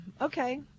Okay